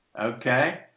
Okay